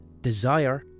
desire